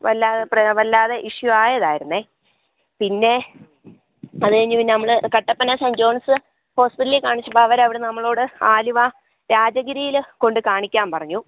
വല്ലാതെ വല്ലാതെ ഇഷ്യു ആയതായിരുന്നെ പിന്നെ അതുകഴിഞ്ഞു പിന്നെ നമ്മൾ കട്ടപ്പന സെൻറ്റ് ജോൺസ് ഹോസ്പിറ്റിറ്റലിൽ കാണിച്ചപ്പോൾ അവരവിടെ നമ്മളോട് ആലുവ രാജഗിരിയിൽ കൊണ്ട്ക്കാണിക്കാൻ പറഞ്ഞു